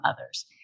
others